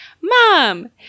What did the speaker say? Mom